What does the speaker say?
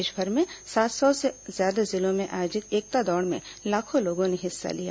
देशभर में सात सौ से ज्यादा जिलों में आयोजित एकता दौड़ में लाखों लोगों ने हिस्सा लिया